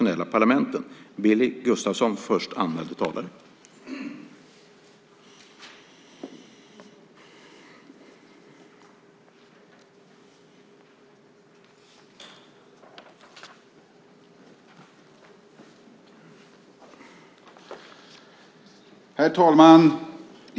Herr talman!